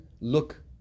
look